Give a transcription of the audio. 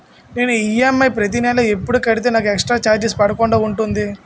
నేను ఈ.ఎం.ఐ ప్రతి నెల ఎపుడు కడితే నాకు ఎక్స్ స్త్ర చార్జెస్ పడకుండా ఉంటుంది?